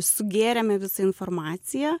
sugėrėme visą informaciją